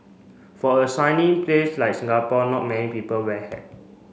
for a sunny place like Singapore not many people wear a hat